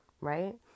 right